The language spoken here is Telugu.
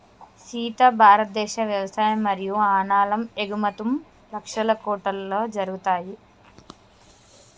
సీత భారతదేశ వ్యవసాయ మరియు అనాలం ఎగుమతుం లక్షల కోట్లలో జరుగుతాయి